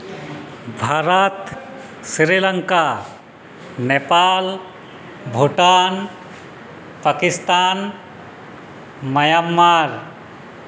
Bharat Sri Lanka Nepal Bhutan Pakistan Myanmar